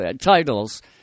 titles